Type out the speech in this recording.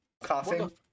coughing